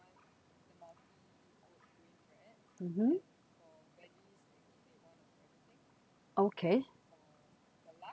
mmhmm okay